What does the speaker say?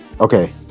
Okay